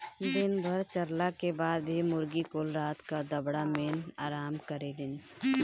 दिन भर चरला के बाद मुर्गी कुल रात क दड़बा मेन आराम करेलिन